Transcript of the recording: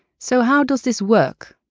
so how does this work?